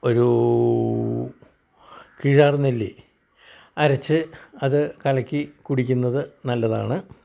ഒരൂ കിഴാർന്നെല്ലി അരച്ച് അത് കലക്കി കുടിക്കുന്നത് നല്ലതാണ്